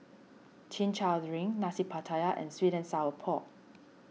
Chin Chow Drink Nasi Pattaya and Sweet and Sour Pork